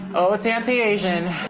oh, it's anti asian.